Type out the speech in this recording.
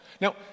Now